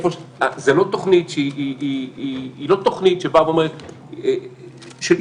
היא לא תוכנית של אסטניסטים,